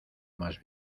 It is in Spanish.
más